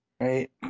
right